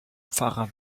pfarrer